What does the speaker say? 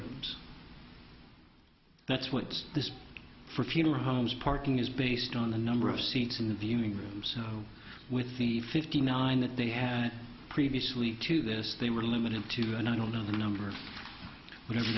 rooms that's what this for funeral homes parking is based on the number of seats in the viewing room so with the fifty nine that they had previously to this they were limited to an i don't know the number whatever